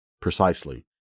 precisely